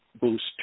boost